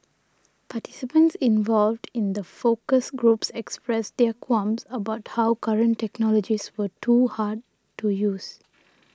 participants involved in the focus groups expressed their qualms about how current technologies were too hard to use